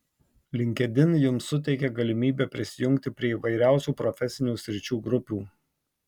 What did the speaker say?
linkedin jums suteikia galimybę prisijungti prie įvairiausių profesinių sričių grupių